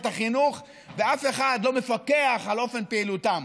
החינוך ואף אחד לא מפקח על אופן פעילותן.